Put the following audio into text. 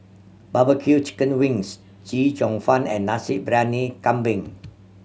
barbecue chicken wings Chee Cheong Fun and Nasi Briyani Kambing